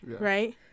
right